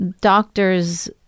doctor's